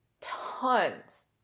tons